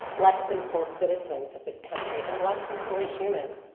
less than full citizens of this country, and less than fully human.